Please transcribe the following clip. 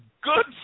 good